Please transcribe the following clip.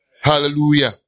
Hallelujah